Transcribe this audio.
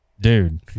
Dude